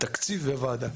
תקציב וועדה.